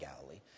Galilee